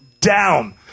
down